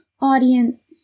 audience